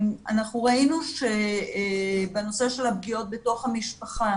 אנחנו ראינו שבנושא של הפגיעות בתוך המשפחה